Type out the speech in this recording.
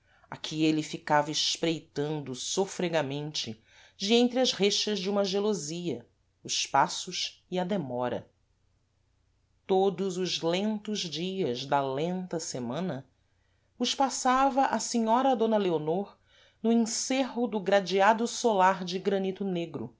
a que êle ficava espreitando sôfregamente de entre as rexas de uma gelosia os passos e a demora todos os lentos dias da lenta semana os passava a senhora d leonor no encêrro do gradeado solar de granito negro